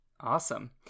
awesome